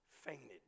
fainted